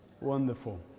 wonderful